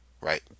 Right